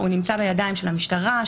נמצא בידי המשטרה,